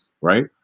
right